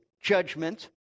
judgment